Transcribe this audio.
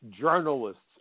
journalists